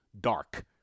dark